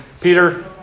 Peter